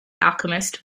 alchemist